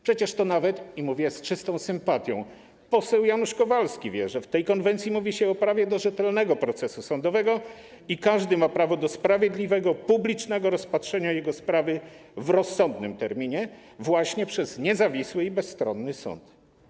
Przecież nawet - i mówię to z czystą sympatią - poseł Janusz Kowalski wie, że w tej konwencji mówi się o prawie do rzetelnego procesu sądowego i o tym, że każdy ma prawo do sprawiedliwego, publicznego rozpatrzenia jego sprawy w rozsądnym terminie, właśnie przez niezawisły i bezstronny sąd.